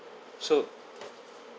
so